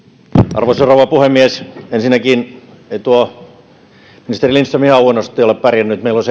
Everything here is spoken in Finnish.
arvoisa rouva puhemies ensinnäkin ei tuo ministeri lindström ihan huonosti ole pärjännyt meillä on